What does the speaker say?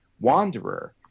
wanderer